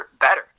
better